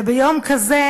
ויום כזה